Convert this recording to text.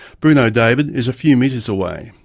bruno david is a few metres away,